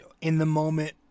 in-the-moment